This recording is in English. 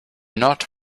not